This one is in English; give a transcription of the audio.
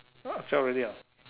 ah zao already ah